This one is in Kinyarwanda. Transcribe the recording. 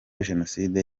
jenoside